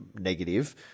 negative